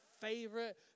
favorite